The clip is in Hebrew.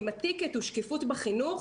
אם הטיקט הוא שקיפות בחינוך,